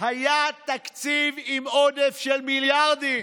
"היה תקציב עם עודף של מיליארדים".